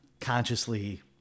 consciously